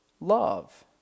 Love